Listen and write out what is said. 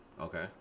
okay